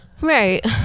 right